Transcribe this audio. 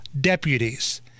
deputies